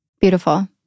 Beautiful